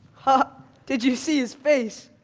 ah did you see his face?